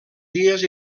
dies